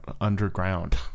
underground